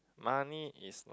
money is not